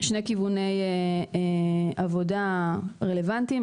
שני כיווני עבודה רלבנטיים.